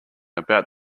about